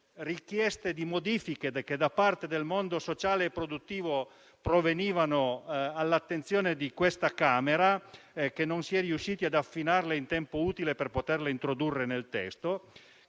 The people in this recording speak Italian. richieste di modifica provenienti dal mondo sociale e produttivo all'attenzione di questa Camera, che non si è riusciti ad affinarle in tempo utile per poterle introdurre nel testo.